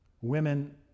women